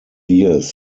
years